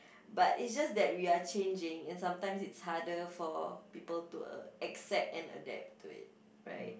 but it's just that we are changing and sometimes it's harder for people to uh accept and adapt to it right